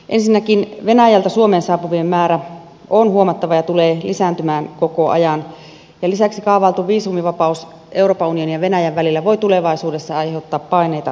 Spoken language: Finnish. ensinnäkin venäjältä suomeen saapuvien määrä on huomattava ja tulee lisääntymään koko ajan ja lisäksi kaavailtu viisumivapaus euroopan unionin ja venäjän välillä voi tulevaisuudessa aiheuttaa paineita rajoillemme